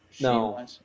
No